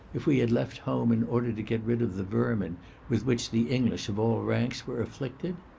if we had left home in order to get rid of the vermin with which the english of all ranks were afflicted?